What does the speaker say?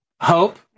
Hope